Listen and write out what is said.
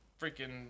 freaking